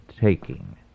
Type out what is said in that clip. taking